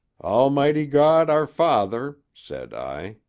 almighty god, our father said i.